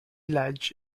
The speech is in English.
ledge